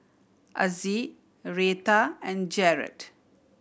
Azzie Reatha and Jarrett